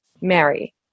Mary